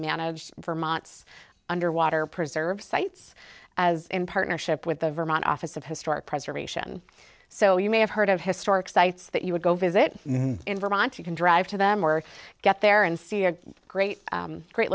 manage vermont's underwater preserve sites as in partnership with the vermont office of historic preservation so you may have heard of historic sites that you would go visit in vermont you can drive to them or get there and see a great great